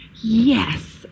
yes